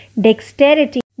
dexterity